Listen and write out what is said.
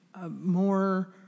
more